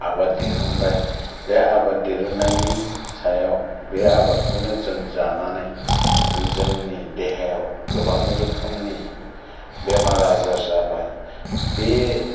आबाद दिहुनबाय बे आबाद दिरुननायनि सायाव बे आबादखौनो जों जानानै जोंनि देहायाव गोबां रोखोमनि बेमार आजार जाबाय बे